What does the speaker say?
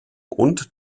und